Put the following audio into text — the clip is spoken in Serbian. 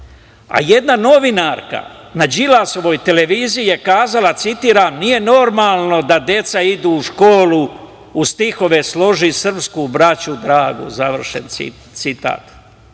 a jedna novinarka na Đilasovoj televiziji je kazala, citiram - nije normalno da deca idu u školu uz stihove služi srpsku braću dragu, završen